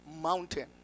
mountain